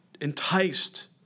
enticed